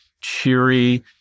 cheery